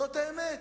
זאת האמת.